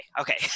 okay